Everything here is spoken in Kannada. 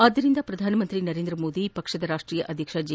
ಆದ್ದರಿಂದ ಪ್ರಧಾನಿ ನರೇಂದ್ರ ಮೋದಿ ಪಕ್ಷದ ರಾಷ್ವೀಯ ಅಧ್ಯಕ್ಷ ಜೆ